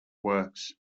works